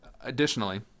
Additionally